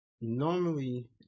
normally